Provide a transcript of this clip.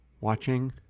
watching